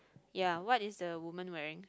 ya what is the woman wearing